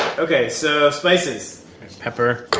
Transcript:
ok. so spices pepper